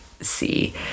see